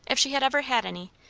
if she had ever had any,